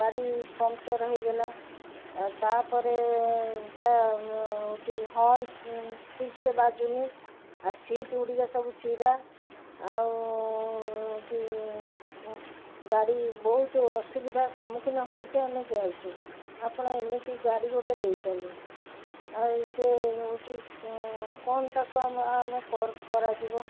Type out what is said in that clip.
ଗାଡ଼ି ପମ୍ପଚର ହେଇଗଲା ଆଉ ତା'ପରେ ତ ହେଉଛି ହର୍ନସ୍ ଠିକ୍ ସେ ବାଜୁନି ଆଉ ସିଟ୍ ଗୁଡ଼ିକ ସବୁ ଚିରା ଆଉ ହେଉଛି ଗାଡ଼ି ବହୁତ ଅସୁବିଧା ସମ୍ମୁଖୀନ ହୋଇକି ଆମେ ଯାଇଛୁ ଆପଣ ଏମିତି ଗାଡ଼ି ଗୋଟେ ଦେଇଛନ୍ତି ଆଉ ସେ ହେଉଛି କ'ଣ ତାକୁ ଆମେ କର କରାଯିବ